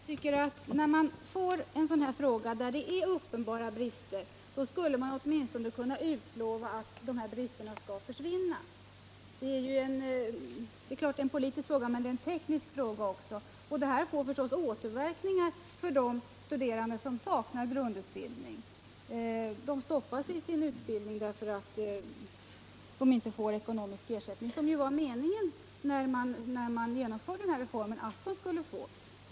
Herr talman! Jag tycker att när man får en fråga som rör uppenbara brister borde man åtminstone kunna utlova att de bristerna skall försvinna. Det är klart att det är en politisk fråga. Men det är ju samtidigt också en teknisk fråga, och den får återverkningar för de studerande som saknar grundutbildning. De stoppas i sin utbildning på grund av att de inte erhåller den ekonomiska ersättning som det när den här reformen genomfördes var meningen att de skulle få.